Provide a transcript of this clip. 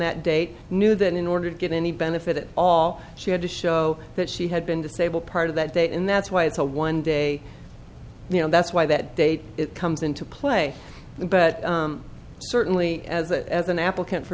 that date knew that in order to get any benefit all she had to show that she had been disabled part of that day and that's why it's a one day you know that's why that date comes into play but certainly as a an applicant for